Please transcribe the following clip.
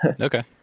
Okay